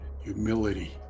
Humility